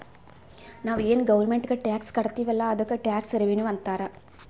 ನಾವು ಏನ್ ಗೌರ್ಮೆಂಟ್ಗ್ ಟ್ಯಾಕ್ಸ್ ಕಟ್ತಿವ್ ಅಲ್ಲ ಅದ್ದುಕ್ ಟ್ಯಾಕ್ಸ್ ರೆವಿನ್ಯೂ ಅಂತಾರ್